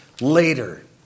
later